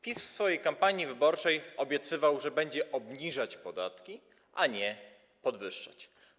PiS w swojej kampanii wyborczej obiecywał, że będzie obniżać podatki, a nie je podwyższać.